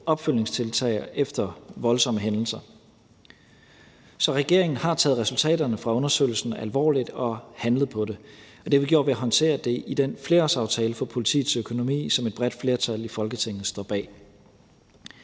opfølgningstiltag efter voldsomme hændelser. Så regeringen har taget resultaterne fra undersøgelsen alvorligt og handlet på dem. Det har vi gjort ved at håndtere det i den flerårsaftale for politiets økonomi, som et bredt flertal i Folketinget står bag.